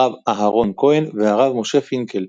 הרב אהרן כהן והרב משה פינקל.